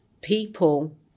People